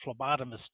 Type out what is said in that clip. phlebotomist